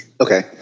Okay